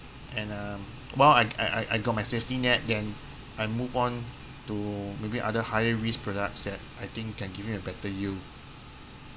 and uh well I I I I got my safety net then I move on to maybe other higher risk products that I think can give me a better yield